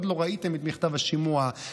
עוד לא ראיתם את מכתב השימוע,